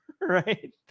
Right